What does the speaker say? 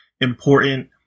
important